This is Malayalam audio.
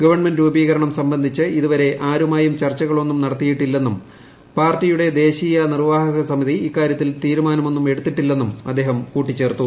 ഗവൺമെന്റ് രൂപീകരണം സംബന്ധിച്ച് ഇതുവരെ ആരുമായും ചർച്ചകളൊന്നും നടത്തിയിട്ടില്ലെന്നും പാർട്ടിയുടെ ദേശീയ നിർവാഹണക സമിതി ഇക്കാര്യത്തിൽ തീരുമാനമൊന്നും എടുത്തിട്ടില്ലെന്നും അദ്ദേഹം കൂട്ടിച്ചേർത്തു